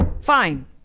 fine